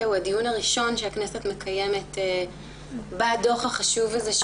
שהוא הדיון הראשון שהכנסת מקיימת בדוח החשוב הזה,